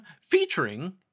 Featuring